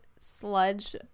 sludge